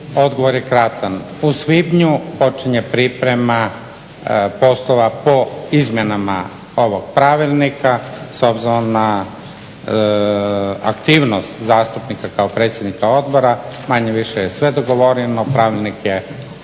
Odgovor je kratak, u svibnju počinje priprema poslova po izmjenama ovog pravilnika. S obzirom na aktivnost zastupnika kao predsjednika odbora manje-više je sve dogovoreno, pravilnik je